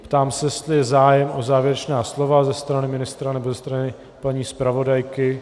Ptám se, jestli je zájem o závěrečná slova ze strany ministra nebo ze strany paní zpravodajky.